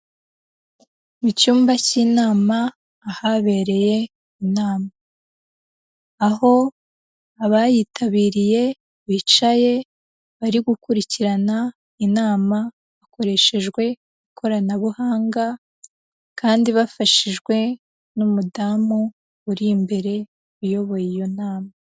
Mu cyumba cy'inama ahabereye inama. Aho abayitabiriye bicaye bari gukurikirana inama hakoreshejwe ikoranabuhanga kandi bafashijwe n'umudamu uri imbere uyoboye iyo nama.